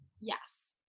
Yes